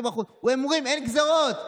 20%. הם אומרים: אין גזרות.